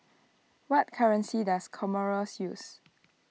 what currency does Comoros use